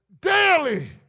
daily